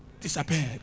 Disappeared